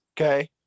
Okay